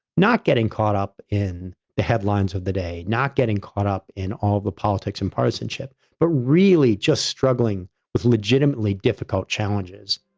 not getting caught up in the headlines of the day, not getting caught up in all the politics and partisanship, but really just struggling with legitimately difficult challenges.